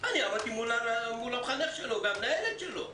אני עמדתי מול המחנך שלו והמנהלת שלו.